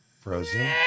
Frozen